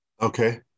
Okay